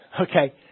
Okay